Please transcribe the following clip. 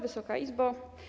Wysoka Izbo!